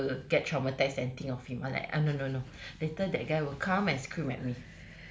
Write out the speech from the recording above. I will get traumatised and think of him ah like ah no no no later that guy will come and scream at me